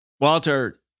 Walter